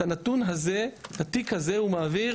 את התיק הזה הוא מעביר